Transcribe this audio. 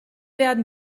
werden